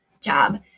job